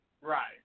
Right